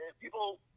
people